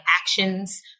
actions